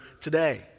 today